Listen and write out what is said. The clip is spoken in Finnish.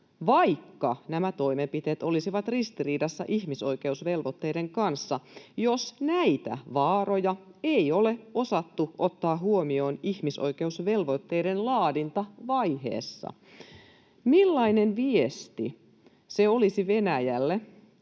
vaikka nämä toimenpiteet olisivat ristiriidassa ihmisoikeusvelvoitteiden kanssa, jos näitä vaaroja ei ole osattu ottaa huomioon ihmisoikeusvelvoitteiden laadintavaiheessa. Millainen viesti se olisi Venäjälle,